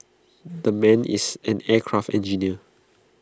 the man is an aircraft engineer